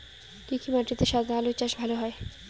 কি কি মাটিতে সাদা আলু চাষ ভালো হয়?